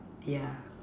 yeah